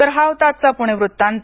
तर हा होता आजचा पुणे वृत्तांत